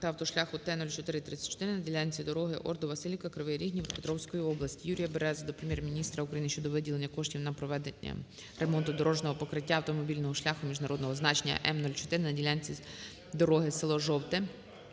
та автошляху Т 0434 на ділянці дороги Ордо-Василівка-Кривий Ріг, Дніпропетровської області. Юрія Берези до Прем'єр-міністра України щодо виділення коштів на проведення ремонту дорожнього покриття автомобільного шляху міжнародного значення М 04 на ділянці дороги село Жовте